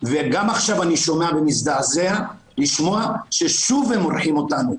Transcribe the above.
וגם עכשיו אני שומע ומזדעזע לשמוע ששוב הם מורחים אותנו.